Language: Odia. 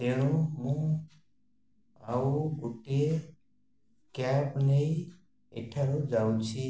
ତେଣୁ ମୁଁ ଆଉ ଗୋଟିଏ କ୍ୟାବ୍ ନେଇ ଏଠାରୁ ଯାଉଛି